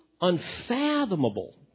unfathomable